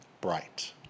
bright